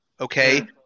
okay